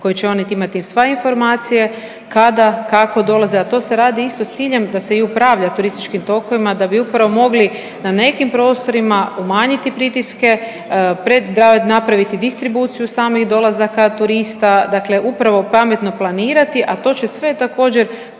koje će oni imati sve informacije kada, kako dolaze, a to se radi isto s ciljem da se i upravlja turističkim tokovima da bi upravo mogli na nekim prostorima umanjiti pritiske, napraviti distribuciju samih dolazaka turista, dakle upravo pametno planirati, a to će sve također